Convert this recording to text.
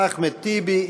אחמד טיבי,